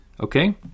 Okay